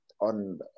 on